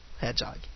Hedgehog